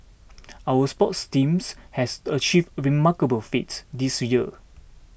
our sports teams has achieved remarkable feats this year